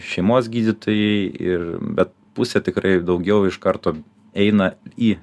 šeimos gydytojai ir be pusė tikrai daugiau iš karto eina į